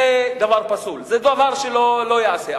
זה דבר פסול, זה דבר שלא ייעשה.